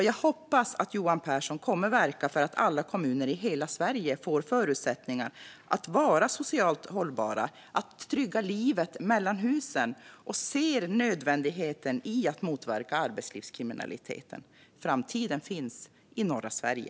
Jag hoppas att Johan Pehrson kommer att verka för att alla kommuner i hela Sverige får förutsättningar att vara socialt hållbara, att trygga livet mellan husen, och ser nödvändigheten i att motverka arbetslivskriminaliteten. Framtiden finns i norra Sverige.